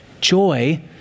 joy